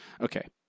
Okay